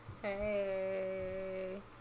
Hey